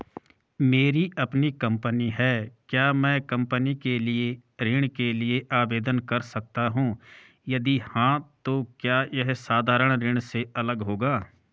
मेरी अपनी कंपनी है क्या मैं कंपनी के लिए ऋण के लिए आवेदन कर सकता हूँ यदि हाँ तो क्या यह साधारण ऋण से अलग होगा?